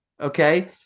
Okay